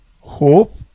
Hope